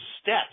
steps